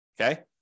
Okay